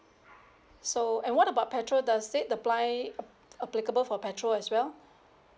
so and what about petrol does it apply uh applicable for petrol as well